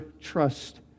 trust